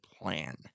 plan